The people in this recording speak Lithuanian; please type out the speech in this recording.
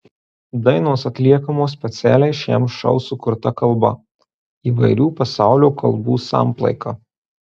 dainos atliekamos specialiai šiam šou sukurta kalba įvairių pasaulio kalbų samplaika